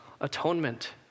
atonement